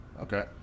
okay